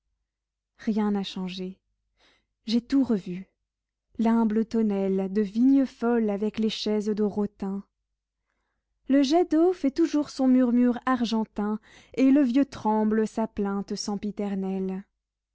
rien n'a changé j'ai tout revu l'humble tonnelle de vigne folle avec les chaises de rotin le jet d'eau fait toujours son murmure argentin et le vieux tremble sa plainte sempiternelle